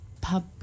pub